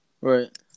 Right